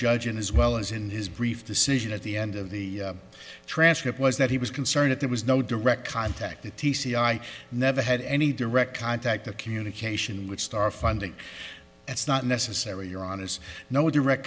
judge and as well as in his brief decision at the end of the transcript was that he was concerned that there was no direct contact the t c i never had any direct contact or communication with starr funding that's not necessary your honour's no direct